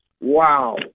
Wow